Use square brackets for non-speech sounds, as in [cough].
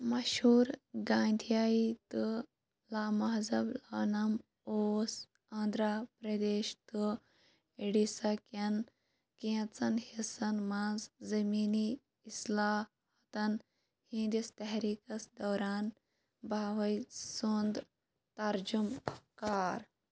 مَشہوٗر گانٛدھیایی تہٕ [unintelligible] اوس آنٛدھرا پرٛٮ۪دیش تہٕ اٮ۪ڈِسا کٮ۪ن کینٛژَن حصَن منٛز زمیٖنی اِصلاحتَن ہِنٛدِس تحریٖکَس دوران بَہوٲے سُنٛد تَرجُم کار